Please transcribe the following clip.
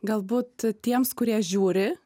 galbūt tiems kurie žiūri